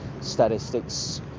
statistics